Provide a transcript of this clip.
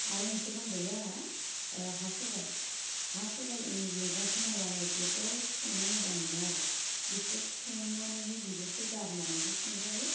आरो मोनसे दंबावो आंहा हा सबाइ हा सबाइ मेगंखौ माने आङो जोबोद संनो मोजां मोनो आरो बिखौ सोमनानैहै बिगुरखौ गारनानैबो संजायो